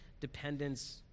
dependence